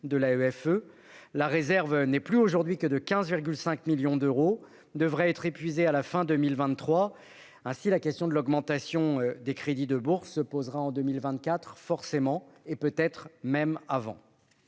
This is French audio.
de l'AEFE, la réserve n'est plus aujourd'hui que de 15,5 millions d'euros et devrait être épuisée à la fin de 2023. Ainsi, la question de l'augmentation de ces crédits se posera donc en 2024 ou peut-être même avant.